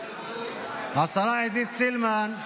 השרה עידית סילמן.